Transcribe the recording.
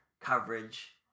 coverage